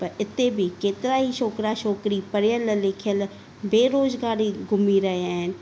पर हिते बि केतिरा ई छोकिरा छोकिरी पढ़ियल लिखियल बेरोज़गार ई घुमी रहिया आहिनि